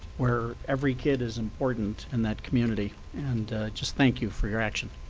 where every kid is important in that community. and just thank you for your action.